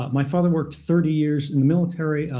my father worked thirty years in the military.